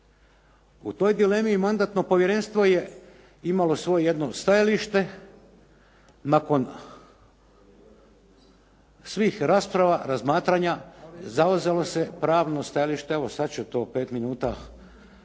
U toj dilemi i Mandatno povjerenstvo je imalo svoje jedno stajalište. Nakon svih rasprava, razmatranja zauzelo se pravno stajalište evo sad ću to pet minuta